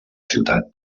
ciutat